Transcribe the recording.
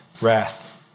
wrath